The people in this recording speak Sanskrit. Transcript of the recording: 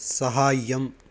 साहाय्यम्